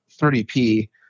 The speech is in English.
30P